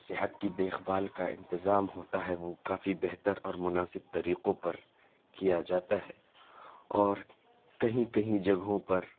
صحت کی دیکھ بھال کا انتظام ہوتا ہے وہ کافی بہتر اور مناسب طریقوں پر کیا جاتا ہے اور کہیں کہیں جگہوں پر